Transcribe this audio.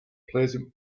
pleasant